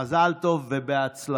מזל טוב ובהצלחה.